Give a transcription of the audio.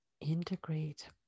integrate